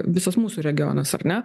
visas mūsų regionas ar ne